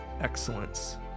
excellence